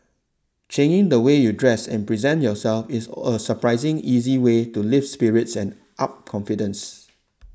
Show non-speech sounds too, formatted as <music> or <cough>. changing the way you dress and present yourself is all a surprising easy way to lift spirits and up confidence <noise>